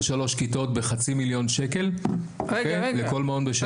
שלוש כיתות בחצי מיליון שקל לכל מעון בשנה.